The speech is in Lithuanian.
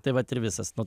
tai vat ir visas nu